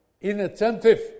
inattentive